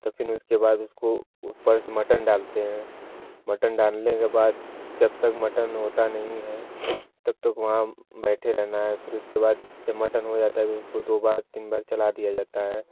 तो फिर उसके बाद उसको ऊपर से मटन डालते हैं मटन डालने के बाद जब तक मटन होता नहीं है तब तक वहाँ बैठे रहना फिर उसके बाद जब मटन हो जाता है तो उसको दो बार तीन बार चला दिया जाता है